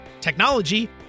technology